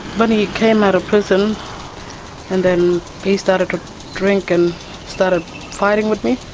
but he came out of prison and then he started to drink and started fighting with me,